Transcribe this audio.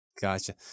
Gotcha